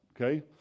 okay